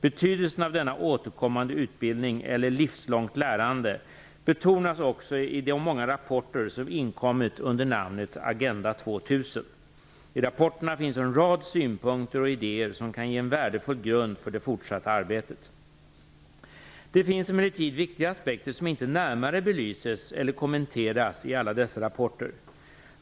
Betydelsen av denna betonas också i de många rapporter som inkommit under namnet Agenda 2000. I rapporterna finns en rad synpunkter och idéer som kan ge en värdefull grund för det fortsatta arbetet. Det finns emellertid viktiga aspekter som inte närmare belyses eller kommenteras i alla dessa rapporter.